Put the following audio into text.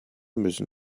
müssen